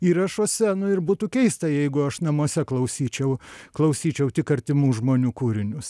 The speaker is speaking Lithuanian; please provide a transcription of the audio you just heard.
įrašuose nu ir būtų keista jeigu aš namuose klausyčiau klausyčiau tik artimų žmonių kūrinius